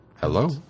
Hello